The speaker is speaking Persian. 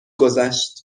گذشت